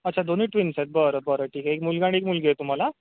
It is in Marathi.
अच्छा दोन्ही ट्विन्स आहेत बरं बरं ठीक आहे एक मुलगा आणि एक मुलगी आहे तुम्हाला